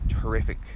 terrific